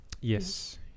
Yes